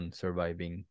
surviving